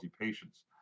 patients